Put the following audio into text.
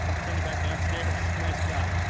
ah send it back downstairs. nice job.